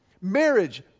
Marriage